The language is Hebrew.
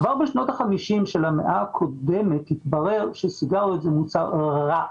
כבר בשנות ה-50 של המאה הקודמת התברר שסיגריות זה מוצר רע,